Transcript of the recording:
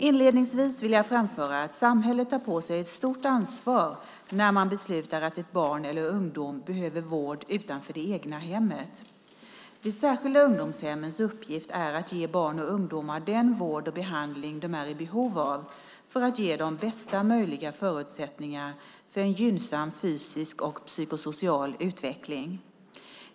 Inledningsvis vill jag framföra att samhället tar på sig ett stort ansvar när man beslutar att ett barn eller en ung person behöver vård utanför det egna hemmet. De särskilda ungdomshemmens uppgift är att ge barn och ungdomar den vård och behandling de är i behov av för att ge dem bästa möjliga förutsättningar för en gynnsam fysisk och psykosocial utveckling.